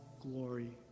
glory